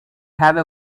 have